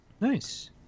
nice